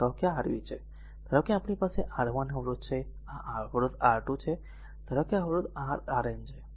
કહો આ r v છે ધારો કે આપણી પાસે R1 અવરોધ છે અવરોધ R2 છે અને ધારો કે અવરોધ r Rn છે